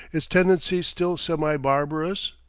its tendencies still semi-barbarous,